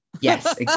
Yes